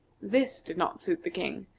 this did not suit the king.